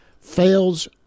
fails